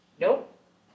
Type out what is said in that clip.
Nope